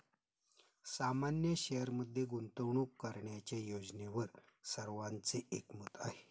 सामान्य शेअरमध्ये गुंतवणूक करण्याच्या योजनेवर सर्वांचे एकमत आहे